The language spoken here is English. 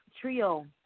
Trio